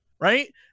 right